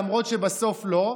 למרות שבסוף לא,